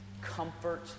comfort